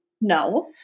No